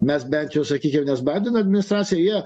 mes bent jau sakykim nes baideno administracija jie